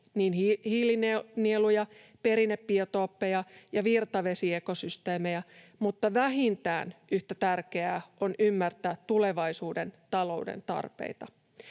hiilinieluja, perinnebiotooppeja ja virtavesiekosysteemejä, mutta vähintään yhtä tärkeää on ymmärtää tulevaisuuden talouden tarpeita: